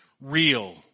real